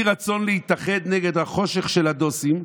אי-רצון להתאחד נגד החושך של הדוסים".